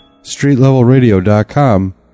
streetlevelradio.com